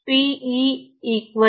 E P